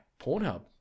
Pornhub